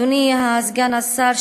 אדוני סגן השר,